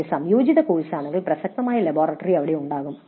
" ഇത് ഒരു സംയോജിത കോഴ്സാണെങ്കിൽ പ്രസക്തമായ ലബോറട്ടറി അവിടെ ഉണ്ടാകും